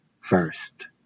first